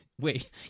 Wait